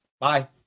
Bye